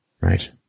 Right